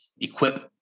equip